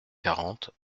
quarante